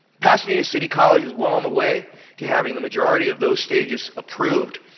pasadena city college is well on the way to having the majority of those stages approved.